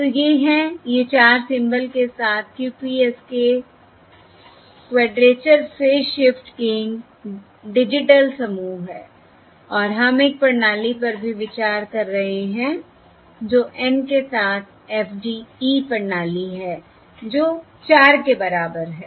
तो ये हैं ये 4 सिम्बल के साथ QPSK quadrature phase shift keying digital समूह है और हम एक प्रणाली पर भी विचार कर रहे हैं जो N के साथ FDE प्रणाली है जो 4 के बराबर है